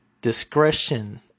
discretion